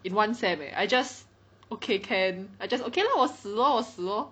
in one sem eh I just okay can I just okay lor 我死 lor 我死 lor